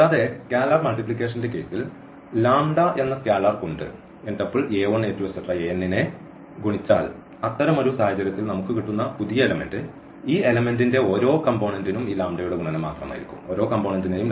കൂടാതെ സ്കാലാർ മൾട്ടിപ്ലിക്കേഷന്റെ കേസിൽ എന്ന സ്കാലർ കൊണ്ട് നേ ഗുണിച്ചാൽ അത്തരമൊരു സാഹചര്യത്തിൽ നമുക്ക് കിട്ടുന്ന പുതിയ എലമെന്റ് ഈ എലമെന്റിന്റെ ഓരോ കമ്പോണന്റിനും ഈ യുടെ ഗുണനം മാത്രമായിരിക്കും